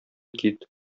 кит